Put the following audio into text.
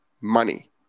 money